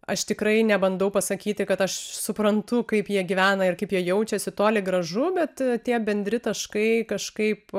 aš tikrai nebandau pasakyti kad aš suprantu kaip jie gyvena ir kaip jie jaučiasi toli gražu bet tie bendri taškai kažkaip